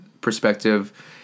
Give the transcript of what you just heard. perspective